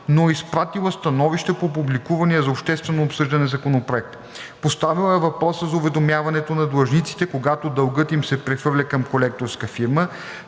но е изпратила становище по публикувания за обществено обсъждане законопроект. Поставила е въпроса за уведомяването на длъжниците, когато дългът им се прехвърля към колекторска фирма.